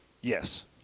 Yes